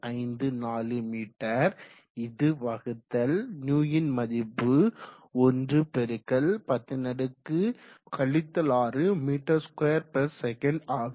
0254 m இது வகுத்தல் νன் மதிப்பு 1 × 10 6 m2s ஆகும்